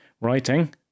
writing